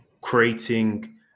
creating